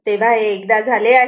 तेव्हा हे एकदा झाले आहे